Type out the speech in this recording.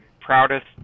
proudest